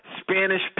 Spanish